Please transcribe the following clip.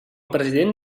president